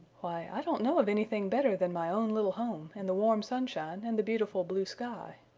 why, i don't know of anything better than my own little home and the warm sunshine and the beautiful blue sky.